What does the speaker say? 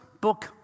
book